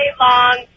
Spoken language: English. long